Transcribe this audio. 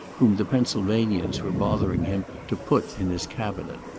whom the pennsylvanians were bothering him to put in his cabinet.